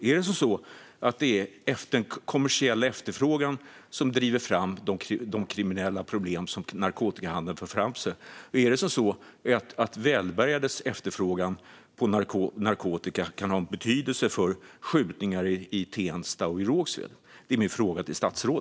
Är det den kommersiella efterfrågan som driver fram de kriminella problem som narkotikahandeln för med sig? Är det så att välbärgades efterfrågan på narkotika kan ha en betydelse för skjutningar i Tensta och i Rågsved?